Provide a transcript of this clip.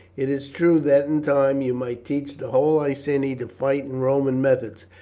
it is true that in time you might teach the whole iceni to fight in roman methods,